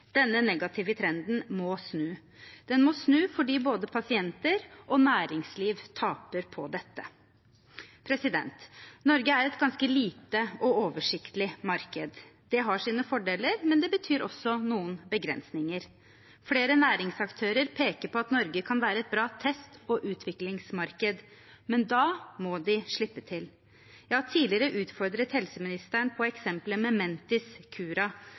Denne negative trenden må snus. Den må snus fordi både pasienter og næringsliv taper på dette. Norge er et ganske lite og oversiktlig marked. Det har sine fordeler, men det innebærer også noen begrensninger. Flere næringsaktører peker på at Norge kan være et bra test- og utviklingsmarked, men da må de slippe til. Jeg har tidligere utfordret helseministeren på eksempelet med